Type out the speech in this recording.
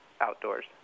outdoors